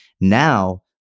Now